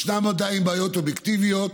ישנן עדיין בעיות אובייקטיביות,